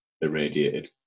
irradiated